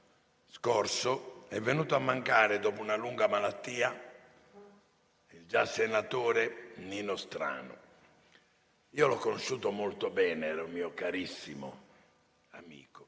scorso è venuto a mancare, dopo una lunga malattia, il già senatore Nino Strano. Io l'ho conosciuto molto bene, era un mio carissimo amico.